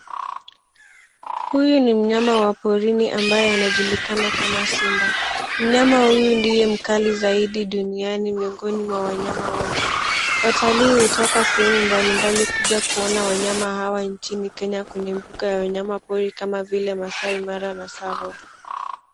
Huyu ni mnyama wa porini ambaye anajulikana kama simba. Mnyama huyu ndiye mkali zaidi duniani miongoni mwa wanyama wote. Watalii hutoka sehemu mbalimbali kuja kuona wanyama hawa nchini Kenya, kwenye mbuga ya wanyama pori kama vile Maasai Mara na Tsavo.